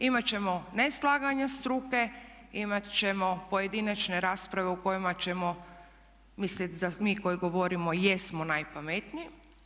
Imati ćemo neslaganja struke, imati ćemo pojedinačne rasprave u kojima ćemo misliti da mi koji govorimo jesmo najpametniji.